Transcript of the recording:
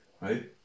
Right